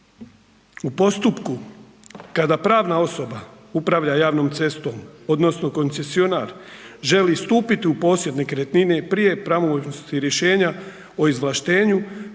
U postupku kada pravna osoba upravlja javnom cestom odnosno koncesionar želi stupiti u posjed nekretnine prije pravomoćnosti rješenja o izvlaštenju